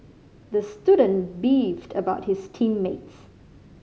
the student beefed about his team mates